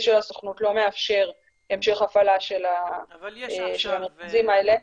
של הסוכנות לא מאפשר המשך הפעלה של המרכזים האלה.